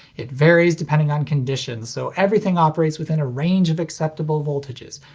it varies depending on conditions so everything operates within a range of acceptable voltages.